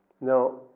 Now